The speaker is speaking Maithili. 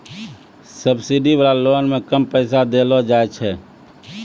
सब्सिडी वाला लोन मे कम पैसा देलो जाय छै